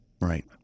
right